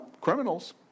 criminals